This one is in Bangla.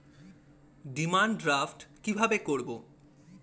ডিমান ড্রাফ্ট কীভাবে করব?